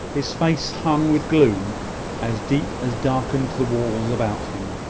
his face hung with gloom as deep as darkened the walls about him.